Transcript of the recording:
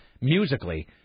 musically